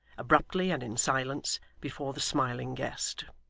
abruptly and in silence, before the smiling guest.